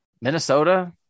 Minnesota